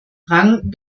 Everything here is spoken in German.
rang